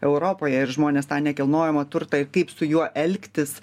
europoje ir žmonės tą nekilnojamą turtą ir kaip su juo elgtis